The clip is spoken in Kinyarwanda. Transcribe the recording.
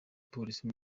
polisi